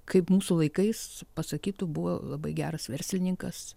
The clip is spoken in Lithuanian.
kaip mūsų laikais pasakytų buvo labai geras verslininkas